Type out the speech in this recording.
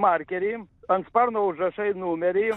markerį ant sparno užrašai numerį